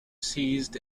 seized